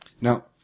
Now